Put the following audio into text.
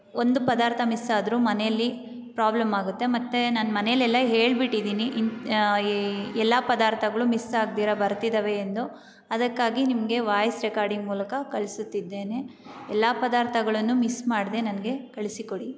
ಒಂದು ಪದಾರ್ಥ ಮಿಸ್ ಆದರೂ ಮನೇಲಿ ಪ್ರಾಬ್ಲಮ್ ಆಗುತ್ತೆ ಮತ್ತು ನಾನು ಮನೇಲೆಲ್ಲ ಹೇಳ್ಬಿಟ್ಟಿದ್ದೀನಿ ಈ ಎಲ್ಲ ಪದಾರ್ಥಗಳು ಮಿಸ್ ಆಗ್ದೀರ ಬರ್ತಿದ್ದಾವೆ ಎಂದು ಅದಕ್ಕಾಗಿ ನಿಮಗೆ ವಾಯ್ಸ್ ರೆಕಾರ್ಡಿಂಗ್ ಮೂಲಕ ಕಳಿಸುತ್ತಿದ್ದೇನೆ ಎಲ್ಲ ಪದಾರ್ಥಗಳನ್ನು ಮಿಸ್ ಮಾಡದೇ ನನಗೆ ಕಳಿಸಿಕೊಡಿ